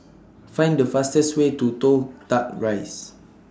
Find The fastest Way to Toh Tuck Rise